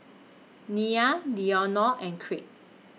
Nia Leonor and Crete